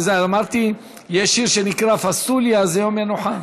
אמרתי שיש שיר שנקרא "פסוליה זה יום מנוחה".